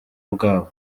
bwabo